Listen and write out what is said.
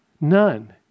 None